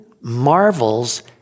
marvels